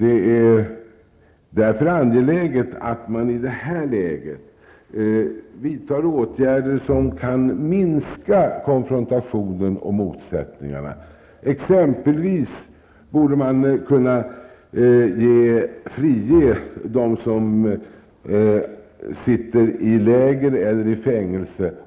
Det är därför angeläget att man i det här läget vidtar åtgärder som kan minska konfrontationen och motsättningarna. Man borde exempelvis kunna frige dem som